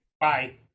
bye